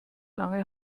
lange